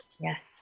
Yes